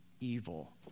evil